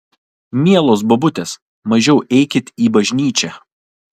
mielos bobutės mažiau eikit į bažnyčią